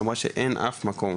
היא אמרה שאין אף מקום